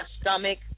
stomach